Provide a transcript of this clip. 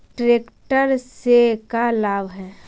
Tractor से का लाभ है?